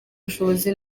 ubushobozi